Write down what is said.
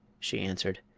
she answered.